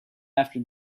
after